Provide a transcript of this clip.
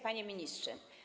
Panie Ministrze!